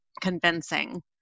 convincing